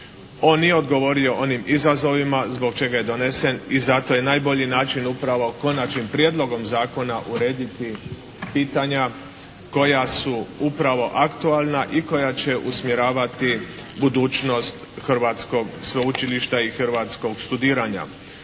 On nije odgovorio onim izazovima zbog čega je donesen i zato je najbolji način upravo konačnim prijedlogom zakona urediti pitanja koja su upravo aktualna i koja će usmjeravati budućnost hrvatskog sveučilišta i hrvatskog studiranja.